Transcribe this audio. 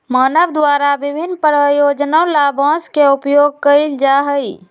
मानव द्वारा विभिन्न प्रयोजनों ला बांस के उपयोग कइल जा हई